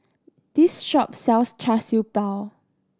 this shop sells Char Siew Bao